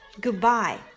goodbye